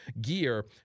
gear